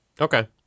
Okay